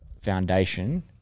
foundation